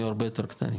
יהיו הרבה יותר קטנים,